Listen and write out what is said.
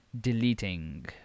deleting